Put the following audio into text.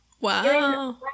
wow